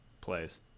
plays